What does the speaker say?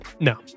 No